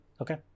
Okay